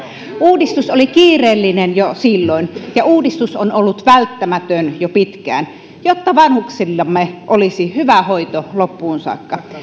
uudistus oli kiireellinen jo silloin ja uudistus on ollut välttämätön jo pitkään jotta vanhuksillamme olisi hyvä hoito loppuun saakka